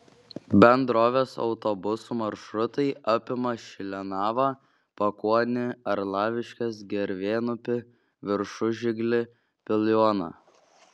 bendrovės autobusų maršrutai apima šlienavą pakuonį arlaviškes gervėnupį viršužiglį piliuoną